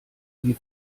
die